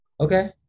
Okay